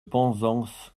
penzance